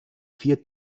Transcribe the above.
vier